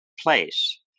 place